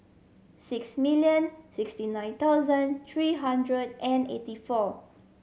six million sixty nine thousand three hundred and eighty four